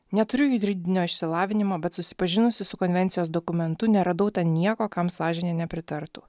neturiu juridinio išsilavinimo bet susipažinusi su konvencijos dokumentu neradau nieko kam sąžinė nepritartų